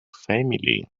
family